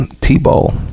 t-ball